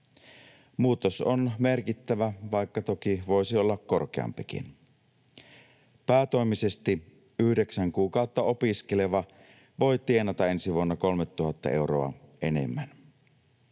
Muutos on merkittävä, vaikka toki voisi olla korkeampikin. Päätoimisesti yhdeksän kuukautta opiskeleva voi tienata ensi vuonna 3 000 euroa enemmän.